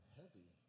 heavy